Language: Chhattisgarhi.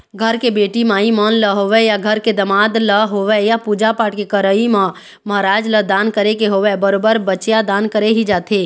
घर के बेटी माई मन ल होवय या घर के दमाद ल होवय या पूजा पाठ के करई म महराज ल दान करे के होवय बरोबर बछिया दान करे ही जाथे